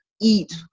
eat